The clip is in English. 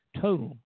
total